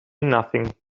nothing